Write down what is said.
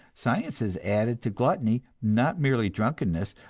science has added to gluttony, not merely drunkenness,